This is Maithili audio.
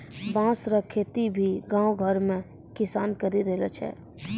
बाँस रो खेती भी गाँव घर मे किसान करि रहलो छै